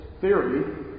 theory